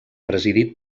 presidit